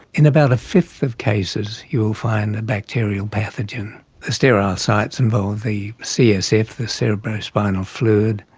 in about a fifth of cases you'll find a bacterial pathogen. the sterile sites involve the css, the cerebrospinal fluid,